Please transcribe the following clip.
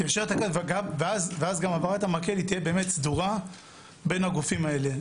תיישר את הקו ואז גם העברת המקל תהיה באמת סדורה בין הגופים האלה.